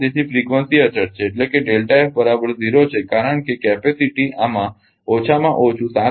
તેથી ફ્રીક્વન્સી અચળ છે એટલે કે છે કારણ કે આ ક્ષમતા આમાં ઓછામાં ઓછું 7